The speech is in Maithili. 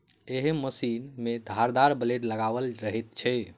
एहि मशीन मे धारदार ब्लेड लगाओल रहैत छै